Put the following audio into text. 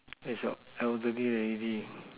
its a elderly lady